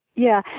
yeah.